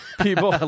people